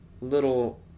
little